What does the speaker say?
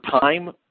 time